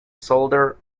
solder